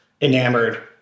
enamored